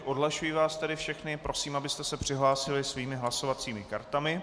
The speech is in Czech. Odhlašuji vás tedy všechny a prosím, abyste se přihlásili svými hlasovacími kartami.